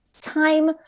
time